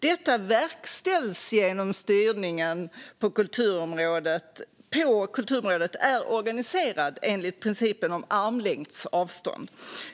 Detta verkställs genom att styrningen på kulturområdet är organiserad enligt principen om armlängds avstånd.